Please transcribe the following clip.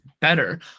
better